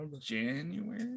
january